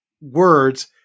words